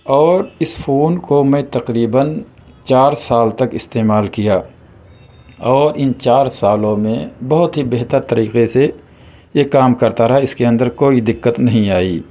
اور اس فون کو میں تقریباً چار سال تک استعمال کیا اور ان چار سالوں میں بہت ہی بہتر طریقے سے یہ کام کرتا رہا اس کے اندر کوئی دقت نہیں آئی